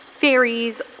fairies